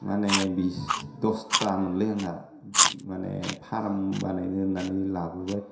माने बिस दस्था मोनलै आंना माने फाराम बानायनो होन्नानै लाबोबाय